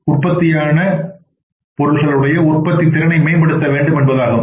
அது உற்பத்தித்திறனை மேம்படுத்த வேண்டும் என்பதாகும்